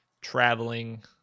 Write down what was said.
traveling